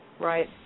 Right